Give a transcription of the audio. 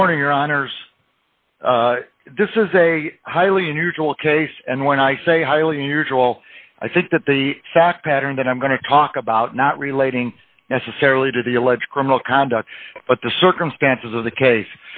morning your honour's this is a highly unusual case and when i say highly unusual i think that the fact pattern that i'm going to talk about not relating necessarily to the alleged criminal conduct but the circumstances of the case